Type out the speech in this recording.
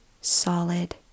solid